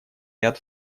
ряд